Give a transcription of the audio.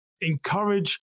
encourage